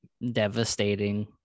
devastating